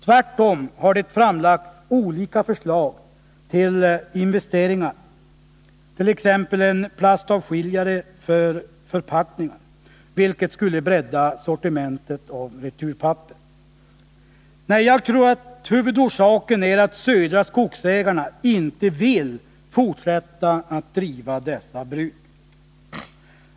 Tvärtom har det framlagts olika förslag till investeringar, t.ex. ett förslag som avsåg plastavskiljare för förpackningar, vilket skulle bredda sortimentet av returpapper. Jag tror att huvudorsaken är att Södra Skogsägarna inte vill fortsätta att driva dessa bruk.